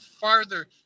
farther